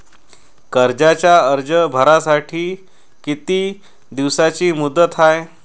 कर्जाचा अर्ज भरासाठी किती दिसाची मुदत हाय?